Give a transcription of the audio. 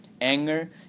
anger